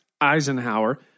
Eisenhower